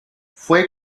fue